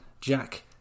Jack